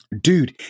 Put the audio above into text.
dude